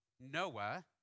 Noah